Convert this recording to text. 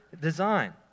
design